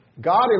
God